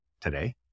today